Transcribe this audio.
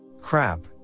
Crap